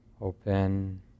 open